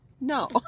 No